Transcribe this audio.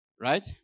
right